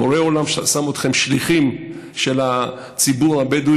בורא עולם שם אתכם שליחים של הציבור הבדואי,